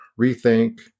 rethink